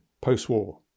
post-war